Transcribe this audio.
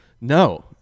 No